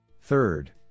Third